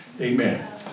Amen